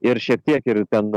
ir šiek tiek ir ten